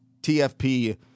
TFP